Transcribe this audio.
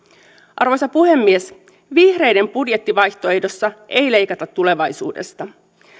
arvoisa puhemies vihreiden budjettivaihtoehdossa ei leikata tulevaisuudesta